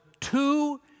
two